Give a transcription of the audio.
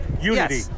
Unity